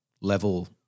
level